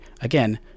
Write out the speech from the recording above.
again